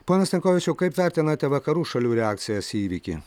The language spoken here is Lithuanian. pone stankovičiau kaip vertinate vakarų šalių reakcijas į įvykį